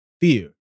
fear